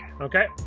Okay